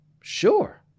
sure